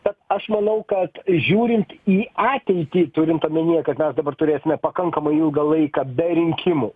bet aš manau kad žiūrint į ateitį turint omenyje kad mes dabar turėsime pakankamai ilgą laiką be rinkimų